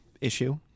issue